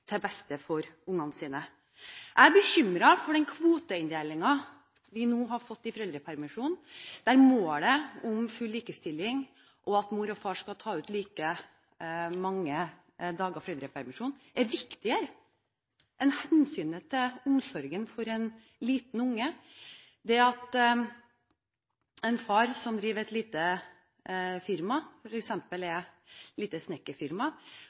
til beste for ungene sine. Jeg er bekymret for den kvoteinndelingen vi nå har fått i foreldrepermisjonen, der målet om full likestilling og at mor og far skal ta ut like mange dager foreldrepermisjon, er viktigere enn hensynet til omsorgen for en liten unge. Hvis en far som driver et lite firma, f.eks. et lite